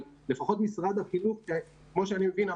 אבל לפחות משרד החינוך כמו שאני מבין,